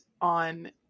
on